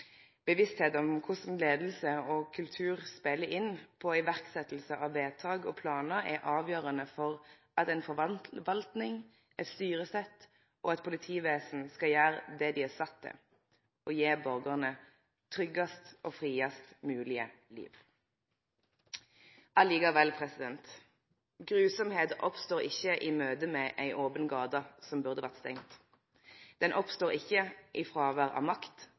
om korleis leiing og kultur spelar inn på iverksetting av vedtak og planar, er avgjerande for at ei forvaltning, eit styresett og eit politivesen skal gjere det dei er satt til: å gje borgarane tryggast og friast mogleg liv. Likevel: grufulle handlingar oppstår ikkje i møte med ei open gate som burde vore stengd. Dei oppstår ikkje i fråvær av makt,